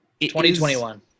2021